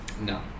No